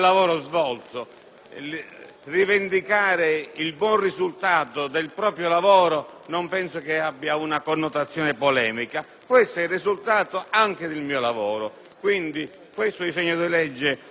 lavoro svolto. Rivendicare il buon risultato del proprio lavoro non penso abbia una connotazione polemica. Questo è il risultato anche del mio lavoro.